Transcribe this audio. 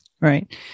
Right